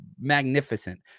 magnificent